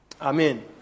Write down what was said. Amen